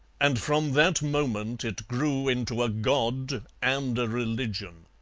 and from that moment it grew into a god and a religion.